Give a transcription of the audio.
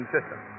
System